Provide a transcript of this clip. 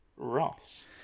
ross